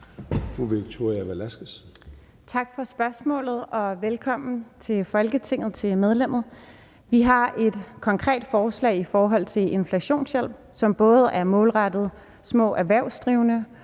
Victoria Velasquez (EL): Tak for spørgsmålet, og velkommen til Folketinget til medlemmet. Vi har et konkret forslag i forhold til inflationshjælp, som er målrettet små erhvervsdrivende,